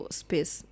space